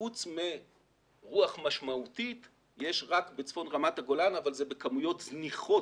חוץ מרוח משמעותית יש רק בצפון רמת הגולן אבל זה בכמויות זניחות